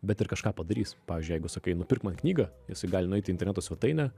bet ir kažką padarys pavyzdžiui jeigu sakai nupirk man knygą jisai gali nueiti į interneto svetainę